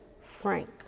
frank